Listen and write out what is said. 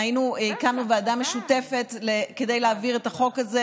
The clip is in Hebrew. שהקמנו ועדה משותפת כדי להעביר את החוק הזה,